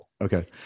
okay